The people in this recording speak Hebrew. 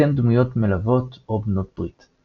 וכן דמויות מלוות או בנות ברית,